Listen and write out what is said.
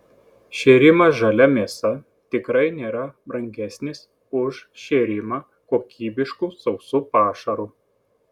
šėrimas žalia mėsa tikrai nėra brangesnis už šėrimą kokybišku sausu pašaru